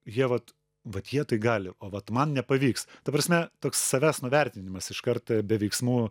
jie vat vat jie tai gali o vat man nepavyks ta prasme toks savęs nuvertinimas iškart be veiksmų